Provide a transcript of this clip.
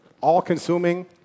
all-consuming